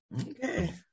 Okay